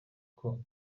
uko